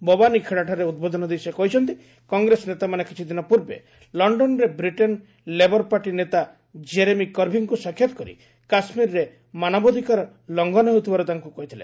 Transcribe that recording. ବୱାନି ଖେଡ଼ାଠାରେ ଉଦ୍ବୋଧନ ଦେଇ ସେ କହିଛନ୍ତି କଂଗ୍ରେସ ନେତାମାନେ କିଛି ଦିନ ପୂର୍ବେ ଲଣ୍ଡନରେ ବ୍ରିଟେନ୍ ଲେବରପାର୍ଟି ନେତା କେରେମି କର୍ଭିଙ୍କୁ ସାକ୍ଷାତ କରି କାଶ୍ମୀରରେ ମାନବାଧିକାର ଲଙ୍ଘନ ହେଉଥିବାର ତାଙ୍କୁ କହିଥିଲେ